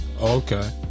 okay